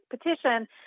petition